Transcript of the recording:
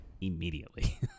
immediately